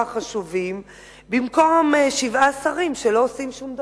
חשובים במקום שבעה שרים שלא עושים שום דבר.